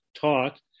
taught